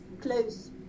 close